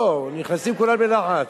נכנסים כולם ללחץ.